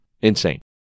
Insane